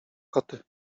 koty